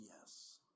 yes